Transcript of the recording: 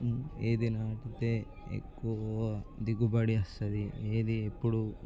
ఏది నాటితే ఎక్కువ దిగుబడి ఇస్తుంది ఏది ఎప్పుడు